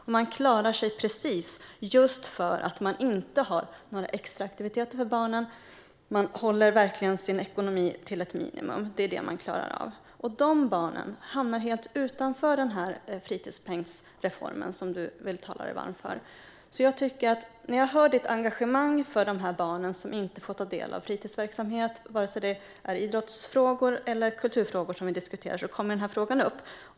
De klarar sig precis, just för att de inte har extra aktiviteter för barnen och verkligen håller ekonomin till ett minimum. De barnen hamnar helt utanför fritidspengsreformen som Roland Utbult talar sig varm för. Jag hör Roland Utbults engagemang för de barn som inte får ta del av fritidsverksamhet. Vare sig det är idrottsfrågor eller kulturfrågor som vi diskuterar kommer denna fråga upp.